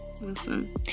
Listen